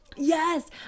Yes